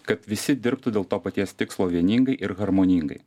kad visi dirbtų dėl to paties tikslo vieningai ir harmoningai